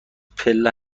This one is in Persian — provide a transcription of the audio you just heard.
پله